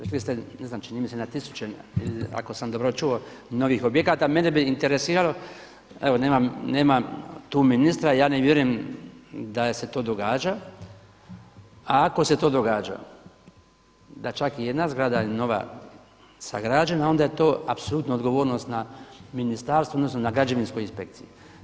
Došli ste ne znam, čini mi se na tisuće, ako sam dobro čuo, novih objekata, mene bi interesiralo, evo nema tu ministra, ja ne vjerujem da se to događa a ako se to događa, da je čak i jedna zgrada nova sagrađena onda je to apsolutno odgovornost na ministarstvu, odnosno na građevinskoj inspekciji.